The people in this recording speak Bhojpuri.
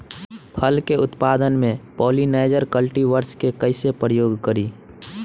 फल के उत्पादन मे पॉलिनाइजर कल्टीवर्स के कइसे प्रयोग करी?